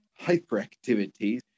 hyperactivity